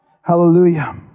Hallelujah